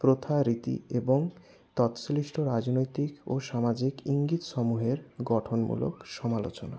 প্রথা রীতি এবং তৎসংশ্লিষ্ট রাজনৈতিক ও সামাজিক ইঙ্গিতসমূহের গঠনমূলক সমালোচনা